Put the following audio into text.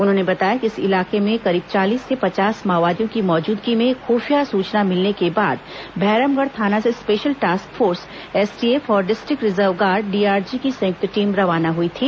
उन्होंने बताया कि इस इलाके में करीब चालीस से पचास माओवादियों की मौजूदगी की खुफिया सुचना मिलने के बाद भैरमगढ़ थाना से स्पेशल टास्क फोर्स एसटीएफ और डिस्ट्रिक्ट रिजर्व गार्ड डीआरजी की संयुक्त टीम रवाना हुई थी